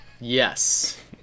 Yes